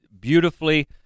beautifully